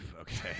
Okay